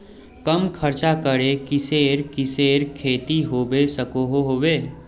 कम खर्च करे किसेर किसेर खेती होबे सकोहो होबे?